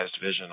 vision